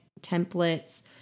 templates